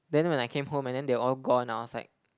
then when I came home and then they were all gone I was like